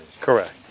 Correct